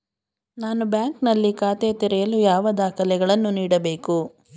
ನಾನು ಬ್ಯಾಂಕ್ ನಲ್ಲಿ ಖಾತೆ ತೆರೆಯಲು ಯಾವ ದಾಖಲೆಗಳನ್ನು ನೀಡಬೇಕು?